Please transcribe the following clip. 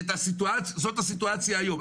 וזאת הסיטואציה היום.